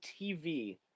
TV